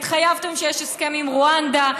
התחייבתם שיש הסכם עם רואנדה.